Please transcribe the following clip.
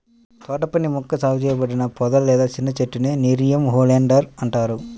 తోటపని మొక్కగా సాగు చేయబడిన పొద లేదా చిన్న చెట్టునే నెరియం ఒలియాండర్ అంటారు